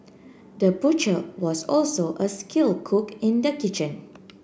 the butcher was also a skill cook in the kitchen